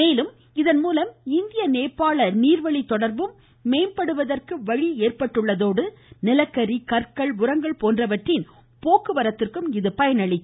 மேலும் இதன்மூலம் இந்திய நேபாள நீர்வழி தொடர்பும் மேம்படுவதற்கு வழி ஏற்பட்டுள்ளதோடு நிலக்கரி கற்கள் உரங்கள் போன்றவற்றின் போக்குவரத்திற்கும் இது பயனளிக்கும்